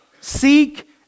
seek